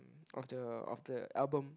of the of the album